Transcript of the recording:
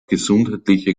gesundheitliche